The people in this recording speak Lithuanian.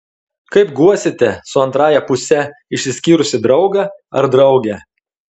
kaip guosite su antrąja puse išsiskyrusį draugą ar draugę